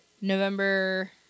November